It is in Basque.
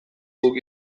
guk